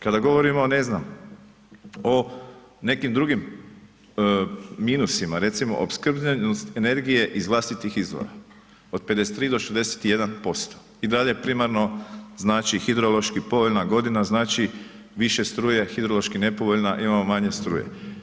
Kada govorimo, ne znam o nekim drugim minusima recimo opskrbljenost energije iz vlastitih izvora od 53 do 61% i dalje primarno znači hidrološki povoljna godina znači više struje, hidrološko nepovoljna imamo manje struje.